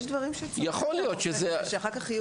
יש דברים שצריך רופא כדי שאחר כך יהיו ראיות.